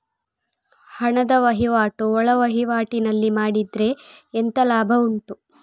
ಹಣದ ವಹಿವಾಟು ಒಳವಹಿವಾಟಿನಲ್ಲಿ ಮಾಡಿದ್ರೆ ಎಂತ ಲಾಭ ಉಂಟು?